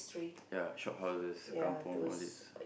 ya shophouses kampung all these